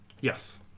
Yes